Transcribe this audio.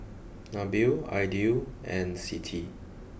Nabil Aidil and Siti